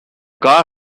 car